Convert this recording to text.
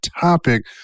topic